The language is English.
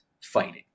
fighting